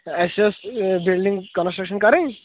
اسہِ ٲس building construction کرٕنۍ